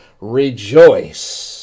rejoice